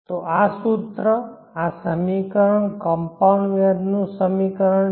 તો આ સૂત્ર આ સમીકરણ કમ્પાઉન્ડ વ્યાજનું સમીકરણ છે